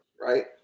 right